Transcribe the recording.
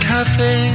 Cafe